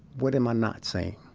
what am i not saying?